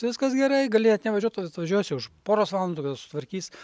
viskas gerai galėjot nevažiuot tuoj atvažiuosiu už poros valandų kada sutvarkys